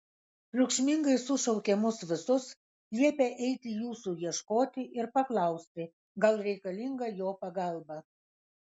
triukšmingai sušaukė mus visus liepė eiti jūsų ieškoti ir paklausti gal reikalinga jo pagalba